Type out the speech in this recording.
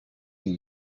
izi